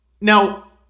now